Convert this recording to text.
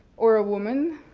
or a woman,